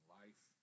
life